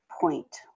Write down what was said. point